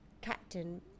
Captain